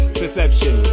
perception